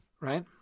right